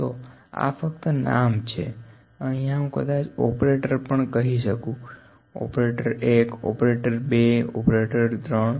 તો આં ફક્ત નામ છે અહીંયા હું કદાચ ઓપરેટર પણ કહિ શકું ઓપરેટર 1 ઓપરેટર 2 ઓપરેટર 3